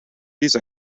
these